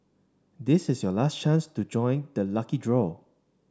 this is your last chance to join the lucky draw